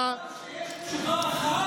כמה טוב שיש תשובה אחת לכל דבר.